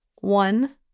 one